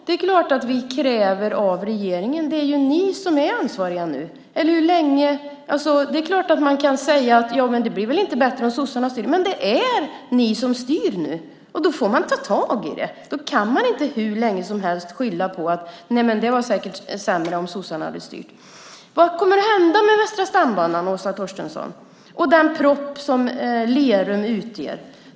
Det är klart att vi kräver detta av regeringen - det är ju ni som är ansvariga nu. Det är klart att man kan säga att det inte heller skulle bli bättre om sossarna styrde, men nu är det faktiskt ni som styr. Då får ni ta tag i detta. Då kan man inte hur länge som helst skylla på att det säkert skulle bli sämre om sossarna hade styrt. Vad kommer att hända med Västra stambanan, Åsa Torstensson, och med den propp som Lerum utgör?